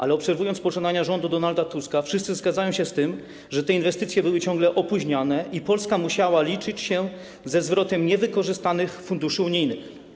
Ale obserwując poczynania rządu Donalda Tuska, wszyscy zgadzają się z tym, że te inwestycje były ciągle opóźniane i Polska musiała liczyć się ze zwrotem niewykorzystanych funduszy unijnych.